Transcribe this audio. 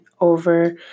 over